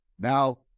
now